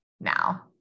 now